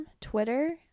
Twitter